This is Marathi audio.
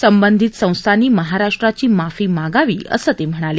संबंधित संस्थांनी महाराष्ट्राची माफी मागावी असं ते म्हणाले